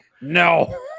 No